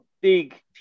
Big